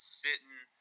sitting